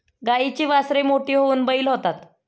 गाईची वासरे मोठी होऊन बैल होतात